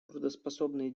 трудоспособные